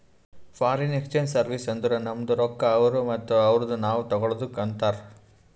foreign exchange service ಅಂದುರ್ ನಮ್ದು ರೊಕ್ಕಾ ಅವ್ರು ಮತ್ತ ಅವ್ರದು ನಾವ್ ತಗೊಳದುಕ್ ಅಂತಾರ್